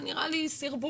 זה נראה לי סרבול.